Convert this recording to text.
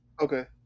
Okay